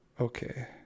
Okay